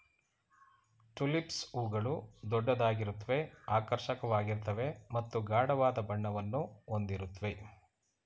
tulips ಹೂಗಳು ದೊಡ್ಡದಾಗಿರುತ್ವೆ ಆಕರ್ಷಕವಾಗಿರ್ತವೆ ಮತ್ತು ಗಾಢವಾದ ಬಣ್ಣವನ್ನು ಹೊಂದಿರುತ್ವೆ